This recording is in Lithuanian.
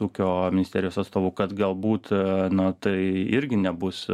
ūkio ministerijos atstovų kad galbūt nu tai irgi nebus